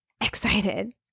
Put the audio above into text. excited